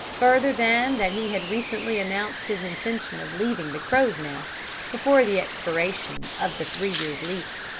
further than that he had recently announced his intention of leaving the crow's nest before the expiration of the three years' lease.